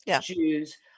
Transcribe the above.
Jews